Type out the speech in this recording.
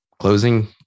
Closing